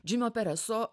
džimio pereso